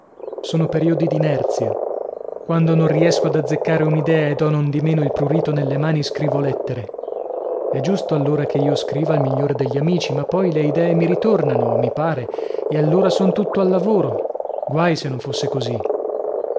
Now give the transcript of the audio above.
sono periodi d'inerzia quando non riesco ad azzeccare un'idea ed ho nondimeno il prurito nelle mani scrivo lettere è giusto allora che io scriva al miglior degli amici ma poi le idee mi ritornano o mi pare e allora son tutto al lavoro guai se non fosse così